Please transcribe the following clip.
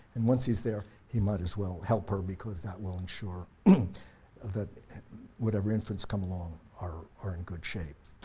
and once he's there he might as well help her because that will insure that whatever infants come along are are in good shape.